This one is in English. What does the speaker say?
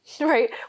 right